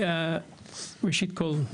ראשית כל,